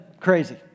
crazy